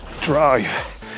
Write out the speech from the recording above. drive